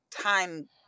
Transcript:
time